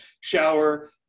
shower